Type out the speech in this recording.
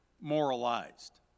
moralized